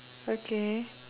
okay